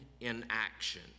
inaction